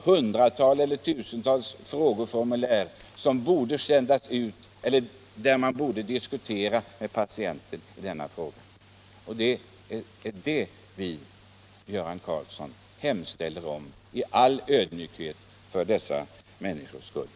Hundratals eller tusentals frågeformulär borde sändas ut; man borde också diskutera denna fråga med patienterna. Det är detta, Göran Karlsson, som vi i all ödmjukhet hemställer.